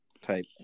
type